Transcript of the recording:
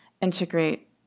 integrate